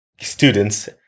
students